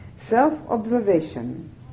Self-observation